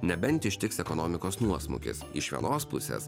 nebent ištiks ekonomikos nuosmukis iš vienos pusės